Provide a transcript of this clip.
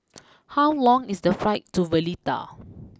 how long is the flight to Valletta